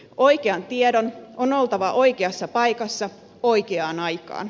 oikean tiedon on oltava oikeassa paikassa oikeaan aikaan